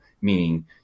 meaning